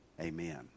Amen